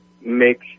make